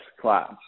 class